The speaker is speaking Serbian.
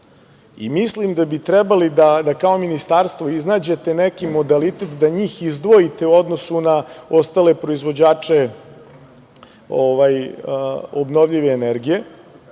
Mislim da bi trebali da kao ministarstvo iznađete neki modalitet da njih izdvojite u odnosu na ostale proizvođače obnovljive energije.